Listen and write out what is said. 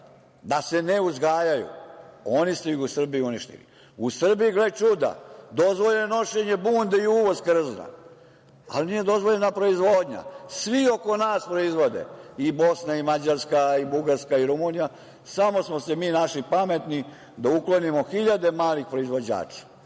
da se ne uzgajaju oni su ih u Srbiji uništili. U Srbiji, gle čuda, dozvoljeno je nošenje bunde i uvoz krzna, ali nije dozvoljena proizvodnja. Svi oko nas proizvode, i Bosna, i Mađarska, i Bugarska, i Rumunija. Samo smo se mi našli pametni da uklonimo hiljade malih proizvođača. Danski